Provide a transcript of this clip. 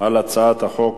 על הצעת החוק,